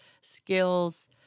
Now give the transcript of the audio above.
skills